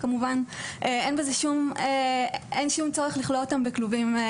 לשם כך אין שום צורך לכלוא אותן בכלובים.